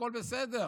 הכול בסדר.